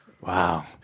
wow